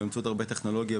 באמצעות הרבה טכנולוגיה,